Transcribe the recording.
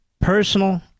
personal